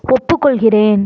ஒப்புக்கொள்கிறேன்